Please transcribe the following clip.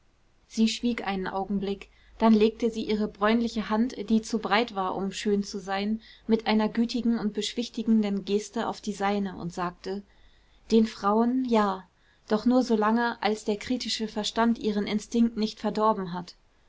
sie schwieg einen augenblick dann legte sie ihre bräunliche hand die zu breit war um schön zu sein mit einer gütigen und beschwichtigenden geste auf die seine und sagte den frauen ja doch nur so lange als der kritische verstand ihren instinkt nicht verdorben hat